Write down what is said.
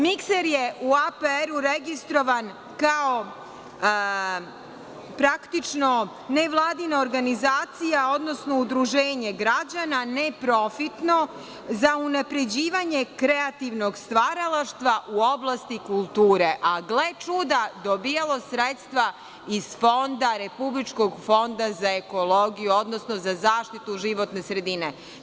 Mikser“ je u APR-u registrovan kao, praktično, nevladina organizacija, odnosno udruženje građana, neprofitno, za unapređivanje kreativnog stvaralaštva u oblasti kulture, a, gle čuda, dobijalo sredstva iz Republičkog fonda za ekologiju, odnosno za zaštitu životne sredine.